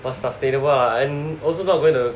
for sustainable I'm also not going to